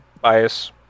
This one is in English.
bias